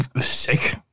sick